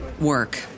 work